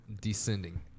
descending